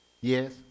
Yes